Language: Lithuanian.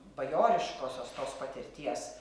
bajoriškosios tos patirties